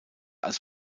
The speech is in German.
als